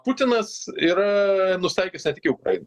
putinas yra nusitaikęs ne tik į ukrainą